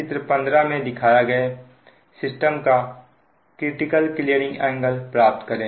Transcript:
चित्र 15 में दिखाए गए सिस्टम का क्रिटिकल क्लीयरिंग एंगल प्राप्त करें